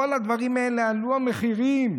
בכל הדברים האלה עלו המחירים.